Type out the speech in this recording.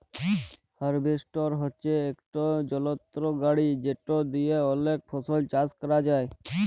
harvester হছে ইকট যলত্র গাড়ি যেট দিঁয়ে অলেক ফসল চাষ ক্যরা যায়